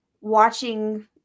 watching